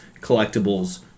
collectibles